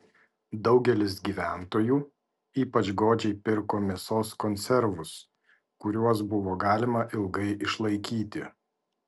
daugelis gyventojų ypač godžiai pirko mėsos konservus kuriuos buvo galima ilgai išlaikyti